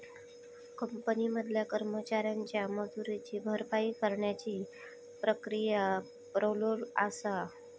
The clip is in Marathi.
कंपनी मधल्या कर्मचाऱ्यांच्या मजुरीची भरपाई करण्याची प्रक्रिया पॅरोल आसा